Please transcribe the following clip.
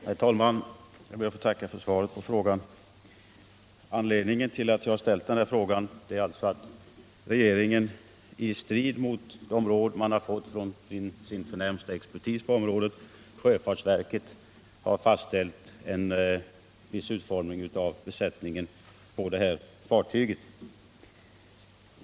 Herr talman! Jag ber att få tacka för svaret på min fråga. Anledningen till att jag ställt den är att regeringen i strid mot det råd regeringen fått från sin förnämsta expertis på området, sjöfartsverket, har fastställt en viss utformning av besättningen på ifrågavarande fartyg.